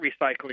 recycling